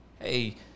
hey